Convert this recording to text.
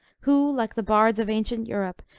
who like the bards of ancient europe,